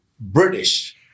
British